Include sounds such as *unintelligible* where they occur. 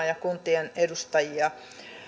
*unintelligible* ja kuntien edustajia